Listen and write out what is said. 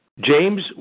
James